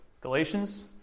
Galatians